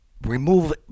remove